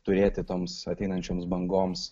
turėti toms ateinančioms bangoms